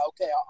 okay